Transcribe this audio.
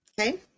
Okay